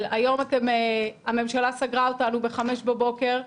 שהיום הממשלה סגרה אותנו בחמש בבוקר,